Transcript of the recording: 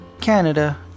Canada